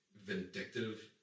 vindictive